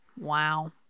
Wow